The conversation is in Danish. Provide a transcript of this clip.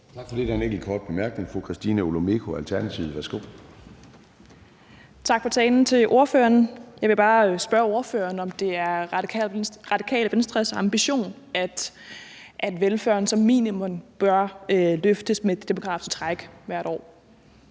Tak for det. Der er en enkelt kort bemærkning. Fru Christina Olumeko, Alternativet. Værsgo. Kl. 11:10 Christina Olumeko (ALT): Tak til ordføreren for talen. Jeg vil bare spørge ordføreren, om det er Radikale Venstres ambition, at velfærden som minimum bør løftes med det demografiske træk hvert år.